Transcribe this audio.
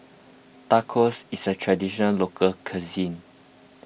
Tacos is a Traditional Local Cuisine